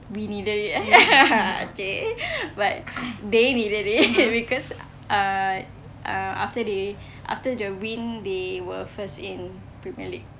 we needed it eh !chey! but they needed it because uh uh after they after the win they were first in premier league